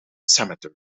cemetery